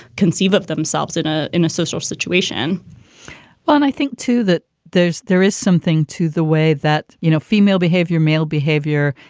conceive of themselves in a in a social situation well, and i think, too, that there's. there is something to the way that, you know, female behavior, male behavior.